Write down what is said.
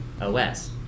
OS